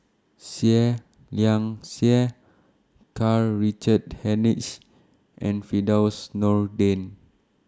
Seah Liang Seah Karl Richard Hanitsch and Firdaus Nordin